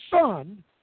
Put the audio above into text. son